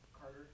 Carter